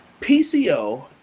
PCO